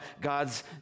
God's